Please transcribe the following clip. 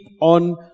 on